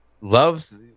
loves